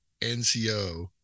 NCO